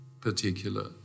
particular